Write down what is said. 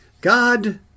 God